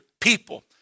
people